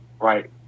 right